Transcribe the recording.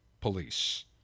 police